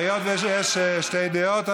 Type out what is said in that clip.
היות שיש שתי דעות,